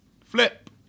Flip